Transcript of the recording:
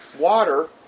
water